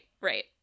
right